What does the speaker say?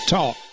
Talk